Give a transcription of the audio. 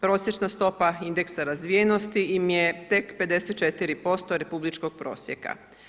Prosječna stopa indeksa razvijenosti im je tek 54% republičkog prosjeka.